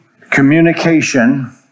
Communication